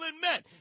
men